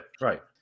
Right